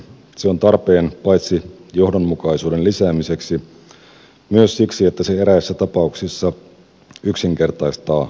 se on tarpeen paitsi johdonmukaisuuden lisäämiseksi myös siksi että se eräissä tapauksissa yksinkertaistaa lupakäytäntöjä